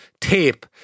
tape